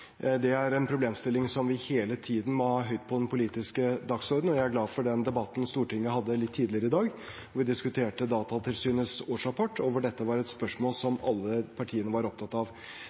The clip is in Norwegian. Det er en problemstilling som vi hele tiden må ha høyt på den politiske dagsordenen, og jeg er glad for den debatten Stortinget hadde litt tidligere i dag, hvor vi diskuterte Datatilsynets årsrapport, og hvor dette var et spørsmål som alle partiene var opptatt av.